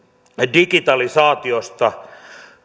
digitalisaatiosta